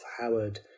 Howard